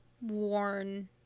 worn